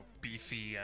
beefy